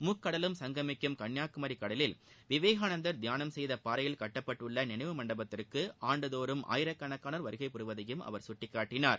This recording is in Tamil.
முக்கடலும் சங்கமிக்கும் கன்னியாகுமரி கடலில் விவேகானந்தர் தியானம் செய்த பாறையில் கட்டப்பட்டுள்ள நினைவு மண்டபத்திற்கு ஆண்டுதோறும் ஆயிரக்கணக்கானோர் வருகை புரிவதையும் அவர் சுட்டிக்காட்டினார்